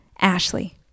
Ashley